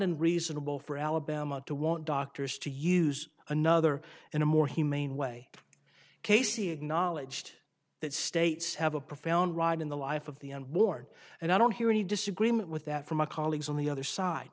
unreasonable for alabama to want doctors to use another in a more humane way casey acknowledged that states have a profound ride in the life of the unborn and i don't hear any disagreement with that from my colleagues on the other side